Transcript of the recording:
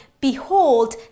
Behold